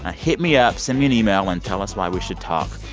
ah hit me up. send me an email, and tell us why we should talk.